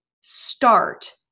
start